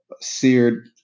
seared